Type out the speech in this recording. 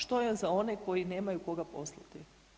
Što je za one koji nemaju koga poslati?